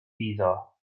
iddo